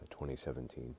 2017